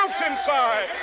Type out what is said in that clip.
mountainside